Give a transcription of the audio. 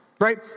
Right